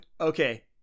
Okay